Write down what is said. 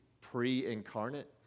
pre-incarnate